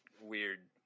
weird